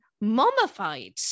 mummified